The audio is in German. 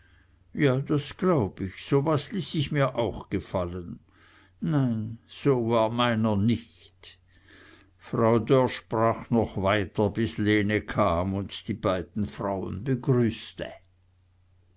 ja das glaub ich so was laß ich mir gefallen nei so war meiner nich frau dörr sprach noch weiter bis lene kam und die beiden frauen begrüßte